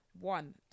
One